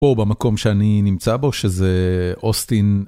פה במקום שאני נמצא בו שזה אוסטין.